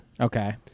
Okay